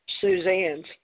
Suzanne's